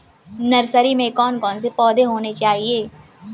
Nursery में कौन कौन से पौधे होने चाहिए?